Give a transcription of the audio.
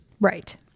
Right